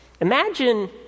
Imagine